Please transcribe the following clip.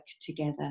together